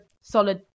solid